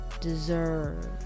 deserve